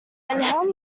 how